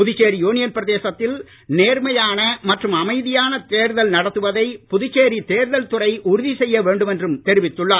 Puducherry union பிரதேசத்தில் நேர்மையான மற்றும் அமைதியாக தேர்தல் நடத்துவதை புதுச்சேரி தேர்தல் துறை உறுதி செய்ய வேண்டும் என்றும் தெரிவித்துள்ளார்